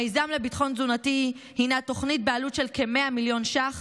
המיזם לביטחון תזונתי הוא תוכנית בעלות של כ-100 מיליון ש"ח